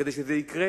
כדי שזה יקרה